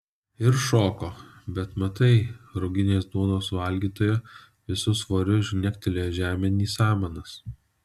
ir šoko bet matai ruginės duonos valgytoja visu svoriu žnegtelėjo žemėn į samanas